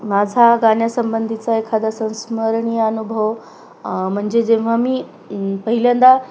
माझा गाण्यासंबंधीचा एखादा संस्मरणीय अनुभव म्हणजे जेव्हा मी पहिल्यांदा